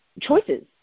choices